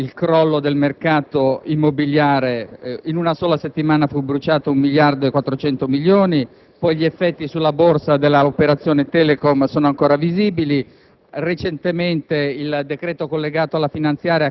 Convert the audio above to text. iniziando con il crollo del mercato immobiliare (in una sola settimana fu bruciato un miliardo e 400 milioni); gli effetti sulla Borsa dell'operazione Telecom sono ancora visibili;